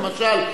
למשל,